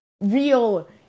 real